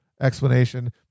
explanation